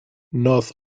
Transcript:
north